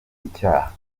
icyaha